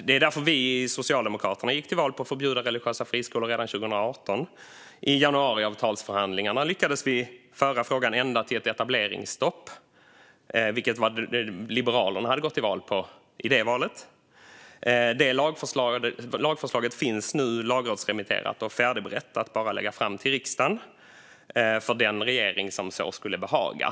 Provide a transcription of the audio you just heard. Det var därför vi i Socialdemokraterna gick till val på att förbjuda religiösa friskolor redan 2018. I januariavtalsförhandlingarna lyckades vi föra frågan ända till ett etableringsstopp, vilket Liberalerna hade gått till val på i det valet. Detta lagförslag är nu lagrådsremitterat och färdigberett och kan läggas fram till riksdagen av den regering som så skulle behaga.